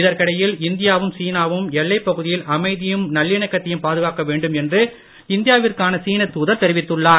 இதற்கிடையில் இந்தியாவும் சீனாவும் எல்லைப்பகுதியில் அமைதியும் நல்லிணக்கத்தையும் பாதுகாக்க வேண்டும் என்று இந்தியாவிற்கான சீனத்தாதர் தெரிவித்துள்ளார்